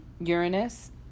Uranus